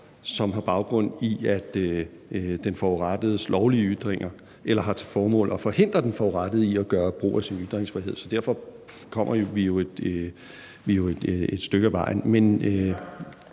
foreslår at fordoble straffen for trusler, som har til formål at forhindre den forurettede i at gøre brug af sin ytringsfrihed. Så derfor kommer vi jo et stykke ad vejen.